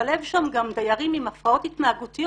לשלב שם גם דיירים עם הפרעות התנהגותיות,